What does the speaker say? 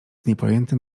niepojętym